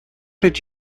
did